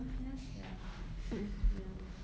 ya sia ya lor